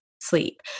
sleep